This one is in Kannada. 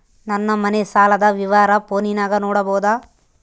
ನನ್ನ ಮನೆ ಸಾಲದ ವಿವರ ಫೋನಿನಾಗ ನೋಡಬೊದ?